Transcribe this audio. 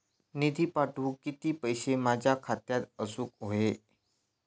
निधी पाठवुक किती पैशे माझ्या खात्यात असुक व्हाये?